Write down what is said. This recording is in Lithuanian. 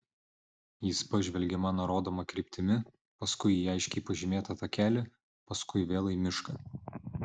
jis pažvelgė mano rodoma kryptimi paskui į aiškiai pažymėtą takelį paskui vėl į mišką